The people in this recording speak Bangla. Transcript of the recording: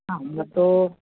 আমরা তো